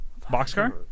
Boxcar